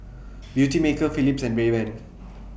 Beautymaker Philips and Rayban